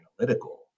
analytical